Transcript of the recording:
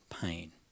pain